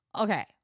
okay